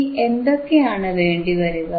ഇനി എന്തൊക്കെയാണ് വേണ്ടിവരിക